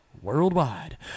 Worldwide